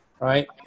Right